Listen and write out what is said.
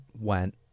went